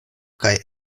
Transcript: kaj